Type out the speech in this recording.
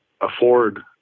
afford